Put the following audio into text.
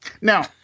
Now